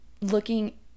Looking